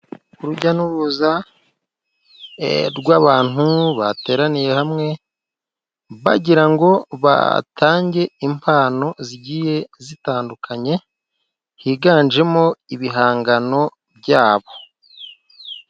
Urujya n'uruza eh rw'abantu bateraniye hamwe, bagira ngo batange impano zigiye zitandukanye, higanjemo ibihangano byabo